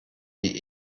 die